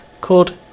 called